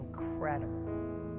incredible